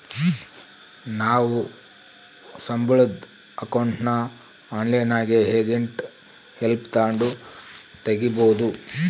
ನಾವು ಸಂಬುಳುದ್ ಅಕೌಂಟ್ನ ಆನ್ಲೈನ್ನಾಗೆ ಏಜೆಂಟ್ ಹೆಲ್ಪ್ ತಾಂಡು ತಗೀಬೋದು